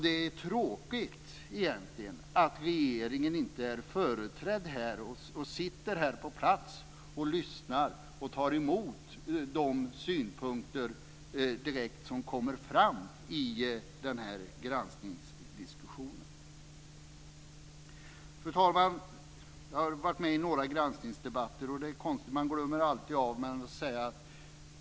Det är egentligen tråkigt att regeringen inte är företrädd här och sitter på plats och lyssnar och tar emot de synpunkter som kommer fram i granskningsdiskussionen. Fru talman! Jag har varit med i några granskningsdebatter. Det är konstigt, men man glömmer alltid något.